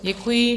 Děkuji.